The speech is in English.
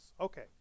Okay